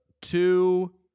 two